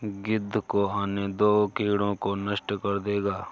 गिद्ध को आने दो, वो कीड़ों को नष्ट कर देगा